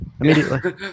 immediately